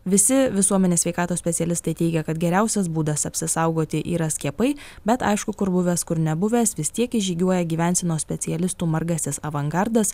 visi visuomenės sveikatos specialistai teigia kad geriausias būdas apsisaugoti yra skiepai bet aišku kur buvęs kur nebuvęs vis tiek įžygiuoja gyvensenos specialistų margasis avangardas